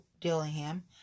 Dillingham